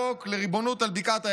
חוק לריבונות על בקעת הירדן,